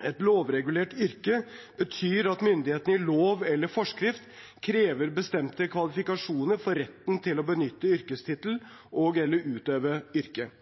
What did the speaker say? Et lovregulert yrke betyr at myndighetene i lov eller forskrift krever bestemte kvalifikasjoner for retten til å benytte yrkestittel og/eller utøve yrket.